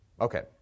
Okay